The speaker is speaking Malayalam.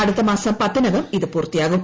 അടുത്തമാസം പത്തിനകംഇത്പൂർത്തിയാകും